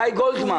גיא גולדמן.